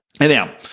anyhow